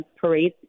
parade